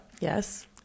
Yes